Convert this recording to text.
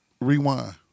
Rewind